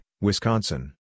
Wisconsin